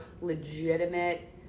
legitimate